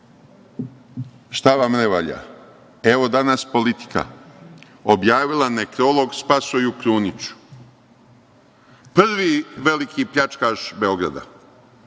šta vam ne valja? Evo, danas je „Politika“ objavila nekrolog Spasoju Kruniću. Prvi veliki pljačkaš Beograda,